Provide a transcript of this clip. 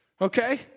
Okay